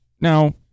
now